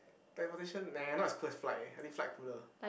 the foundation nay now is cooler is flight eh I think flight cooler